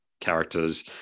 characters